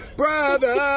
brother